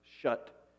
Shut